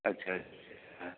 अच्छा अच्छा